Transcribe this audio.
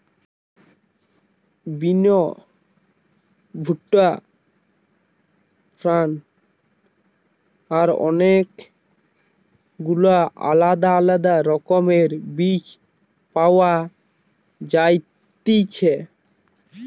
বিন, ভুট্টা, ফার্ন আর অনেক গুলা আলদা আলদা রকমের বীজ পাওয়া যায়তিছে